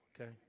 okay